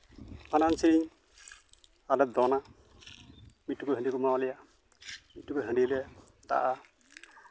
ᱵᱷᱟᱸᱰᱟᱱ ᱥᱮᱨᱮᱧ ᱟᱨᱞᱮ ᱫᱚᱱᱟ ᱢᱤᱫ ᱴᱩᱠᱩᱡ ᱦᱟᱺᱰᱤ ᱠᱚ ᱮᱢᱟᱣ ᱟᱞᱮᱭᱟ ᱢᱤᱫ ᱴᱩᱠᱩᱡ ᱦᱟᱺᱰᱤ ᱞᱮ ᱫᱟᱜᱼᱟᱜᱼᱟ